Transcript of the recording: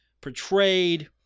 portrayed